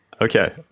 Okay